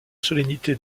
solennité